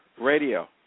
radio